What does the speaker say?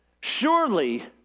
surely